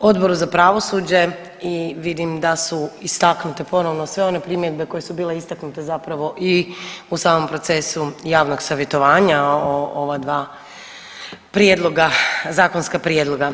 Odboru za pravosuđe i vidim da su istaknute ponovno sve one primjedbe koje su bile istaknute zapravo i u samom procesu javnog savjetovanja o ova dva prijedloga, zakonska prijedloga.